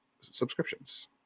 subscriptions